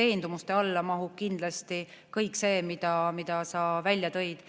veendumuse alla mahub kindlasti kõik see, mida sa välja tõid.